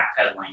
backpedaling